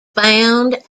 found